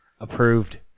approved